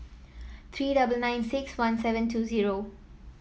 three double nine six one seven two zero